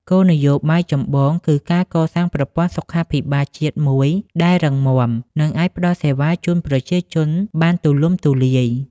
គោលនយោបាយចម្បងគឺការកសាងប្រព័ន្ធសុខាភិបាលជាតិមួយដែលរឹងមាំ និងអាចផ្ដល់សេវាជូនប្រជាជនបានទូលំទូលាយ។